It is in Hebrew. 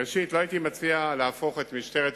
ראשית, לא הייתי מציע להפוך את משטרת התנועה,